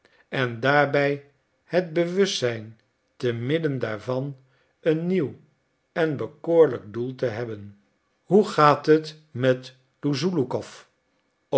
en daarbij het bewustzijn te midden daarvan een nieuw en bekoorlijk doel te hebben hoe gaat het met luzulukoff